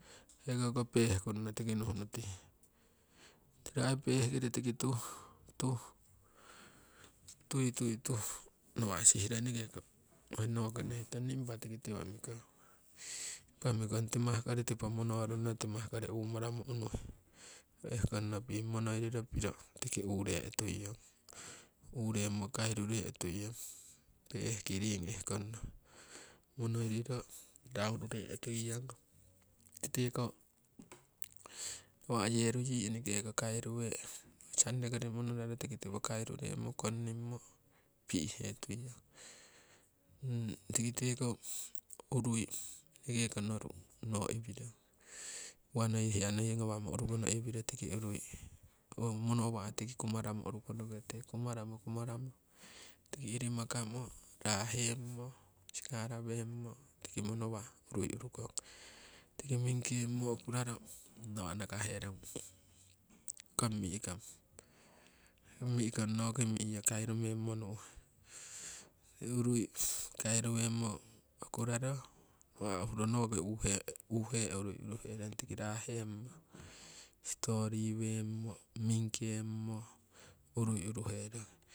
Hekoko peh kunno tiki nuh nutihe, piro aii pehkiro tiki tuh, tuh nawa' sihiro eneke ko noki nokihe tong nii impa tiki tiwo mikong impa mikong timah kori tipo momno runno timah kori umaramo unuhe. Ehkonno piing monoiriro piro tiki uree tuiyong, ureemo kairu reetuiyong pehkiring ehkonno monoiriro raunu retui tiki teko nawa' yeru yii enekeko kairuwee sunday kori monoraro tiki tiwo kairu reemo kongnimo pi'he tuiyong. tiki teko urui eneke ko noruu noo iwiro uwa, noi hiya noi ngawamo uruku iwiro tiki urui koh monowa' tiki kumaramo urukono kite. Kumaramo, kumaramo tiki irimakomo raheemo sikara wemmo tiki monowa' urui urukong tiki mingkemo okuraro nawa' nakahe rong kong mi'kong noki miyo kairu memmo nu'he urui kairuweemo okuraro nawa' noki uhuro uhemmo uruherong tiki rahemmo stori wemmo mingkemo urui uruherong.